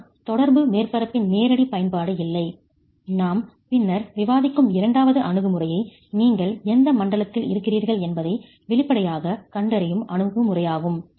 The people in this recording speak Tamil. ஆனால் தொடர்பு மேற்பரப்பின் நேரடி பயன்பாடு இல்லை நாம் பின்னர் விவாதிக்கும் இரண்டாவது அணுகுமுறை நீங்கள் எந்த மண்டலத்தில் இருக்கிறீர்கள் என்பதை வெளிப்படையாகக் கண்டறியும் அணுகுமுறையாகும்